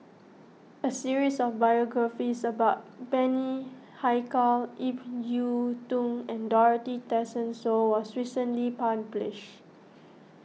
a series of biographies about Bani Haykal Ip Yiu Tung and Dorothy Tessensohn was recently published